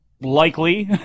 likely